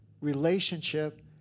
relationship